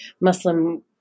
Muslim